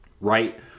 right